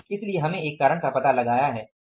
इसलिए हमें एक कारण का पता लगाना है